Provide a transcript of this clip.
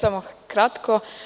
Samo kratko.